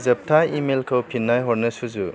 जोबथा इमेलखौ फिन्नाय हरनो सुजु